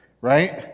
right